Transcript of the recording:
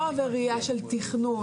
לא עובר ראייה של תכנון,